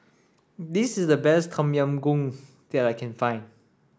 this is the best Tom Yam Goong that I can find